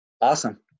Awesome